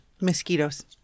Mosquitoes